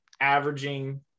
averaging